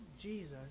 Jesus